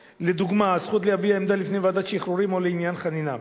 לדוגמה: הזכות להביע עמדה לפני ועדת שחרורים או לעניין חנינה.